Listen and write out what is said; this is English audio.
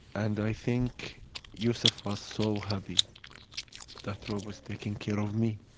and i think yusef was so happy that robi was taking care of me